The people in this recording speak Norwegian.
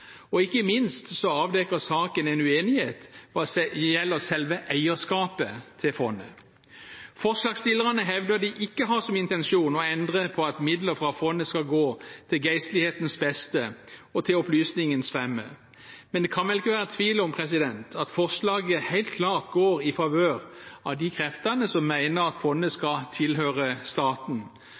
og ikke minst avdekker saken en uenighet hva gjelder selve eierskapet til fondet. Forslagsstillerne hevder de ikke har som intensjon å endre på at midler fra fondet skal gå til geistlighetens beste og til opplysningens fremme, men det kan vel ikke være tvil om at forslaget helt klart går i favør av de kreftene som mener at fondet skal tilhøre staten,